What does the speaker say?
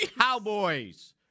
Cowboys